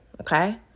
okay